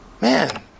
Man